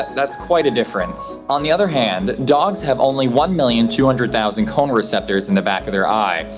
that's quite a difference. on the other hand, dogs have only one million two hundred thousand cone receptors in the back of their eye.